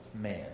man